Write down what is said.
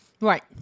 Right